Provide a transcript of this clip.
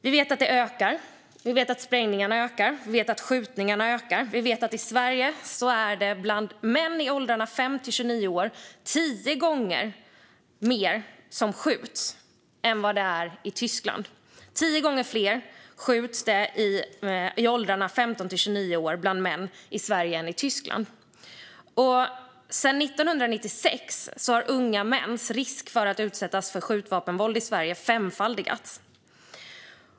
Vi vet att både sprängningarna och skjutningarna ökar. Vi vet att det bland män i åldrarna 15-29 år är tio gånger fler som skjuts i Sverige än i Tyskland. Sedan 1996 har unga mäns risk att utsättas för skjutvapenvåld i Sverige femfaldigats.